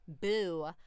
boo